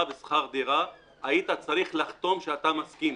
בשכר דירה היית צריך לחתום שאתה מסכים.